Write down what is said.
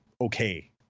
okay